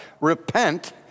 Repent